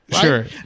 sure